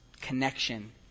connection